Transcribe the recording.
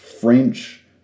French